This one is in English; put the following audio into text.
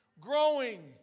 Growing